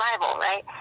right